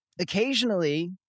occasionally